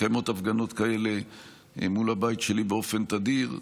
מתקיימות הפגנות כאלה מול הבית שלי באופן תדיר,